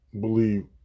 believe